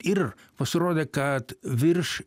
ir pasirodė kad virš